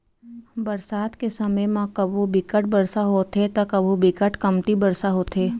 बरसात के समे म कभू बिकट बरसा होथे त कभू बिकट कमती बरसा होथे